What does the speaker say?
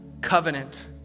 covenant